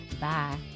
bye